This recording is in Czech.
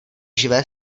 živé